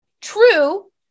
true